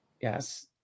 yes